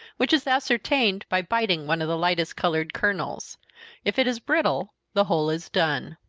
which is ascertained by biting one of the lightest colored kernels if it is brittle, the whole is done.